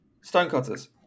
Stonecutters